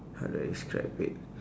how do I describe wait